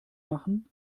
machen